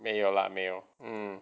没有 lah 没有